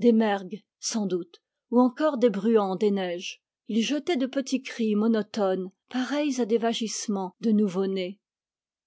des mergues sans doute ou encore des bruants des neiges ils jetaient de petits cris monotones pareils à des vagissements de nouveau-né